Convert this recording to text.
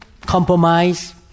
Compromise